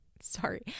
Sorry